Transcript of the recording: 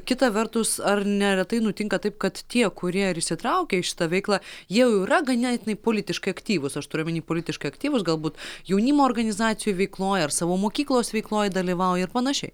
kita vertus ar neretai nutinka taip kad tie kurie ir įsitraukia į šitą veiklą jau yra ganėtinai politiškai aktyvūs aš turiu omeny politiškai aktyvūs galbūt jaunimo organizacijų veikloj ar savo mokyklos veikloj dalyvauja ir panašiai